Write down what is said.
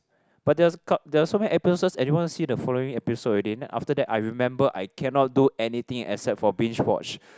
but that was there are so many episodes everyone see the following episode already then after that I remember I cannot do anything except for been watched